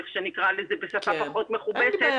איך שנקרא לזה בשפה פחות מכובדת,